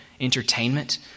entertainment